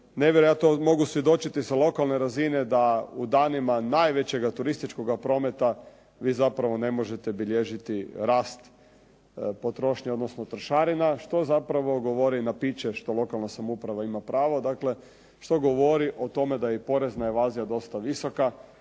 Nevjerojatno, mogu svjedočiti sa lokalne razine da u danima najvećega turističkoga prometa vi zapravo ne možete bilježiti rast potrošnje odnosno trošarina, što zapravo govori … /Govornik se ne razumije./… što lokalna samouprava ima pravo, dakle što govori o tome da je i porezna invazija dosta visoka,